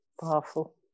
powerful